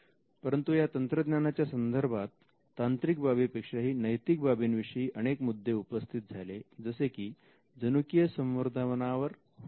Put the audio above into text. परंतु या तंत्रज्ञानाच्या संदर्भात तांत्रिक बाबी पेक्षाही नैतिक बाबींविषयी अनेक मुद्दे उपस्थित झाले जसे की जनुकीय संवर्धनावर होणाऱ्या खर्चाचे फलित काय असेल